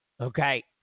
Okay